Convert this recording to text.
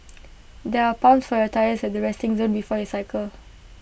there are pumps for your tyres at the resting zone before you cycle